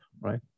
Right